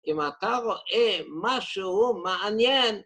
אם אתה רואה משהו מעניין